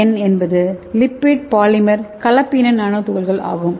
என் என்பது lipid polymer கலப்பின nano துகள்கள் ஆகும்